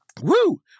Woo